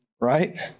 Right